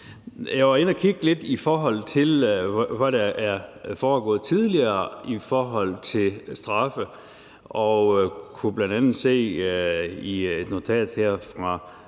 Jeg var inde at kigge lidt på, hvad der er foregået tidligere i forhold til straffe, og kunne bl.a. se i et notat her fra